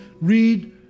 read